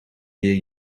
leer